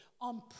on